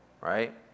right